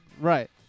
Right